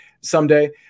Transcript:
someday